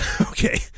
okay